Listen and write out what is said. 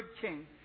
King